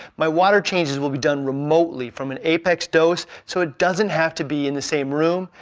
my water changes will be done remotely from an apex dos so it doesn't have to be in the same room.